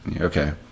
okay